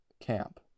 camp